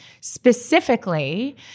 Specifically